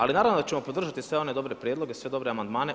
Ali naravno da ćemo podržati sve one dobre prijedloge, sve dobre amandmane.